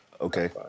Okay